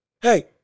hey